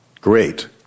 great